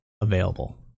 available